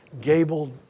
gabled